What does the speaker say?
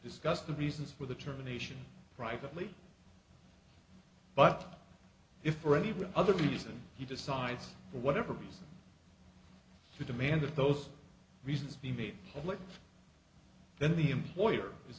discuss the reasons for the terminations privately but if for any with other reason he decides for whatever reason to demand that those reasons be made public then the employer is